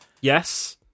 yes